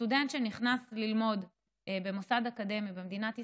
סטודנט שנכנס ללמוד במוסד אקדמי במדינת ישראל,